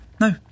No